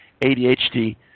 ADHD